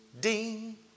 Ding